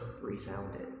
resounded